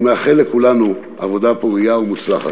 אני מאחל לכולנו עבודה פורייה ומוצלחת.